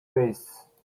face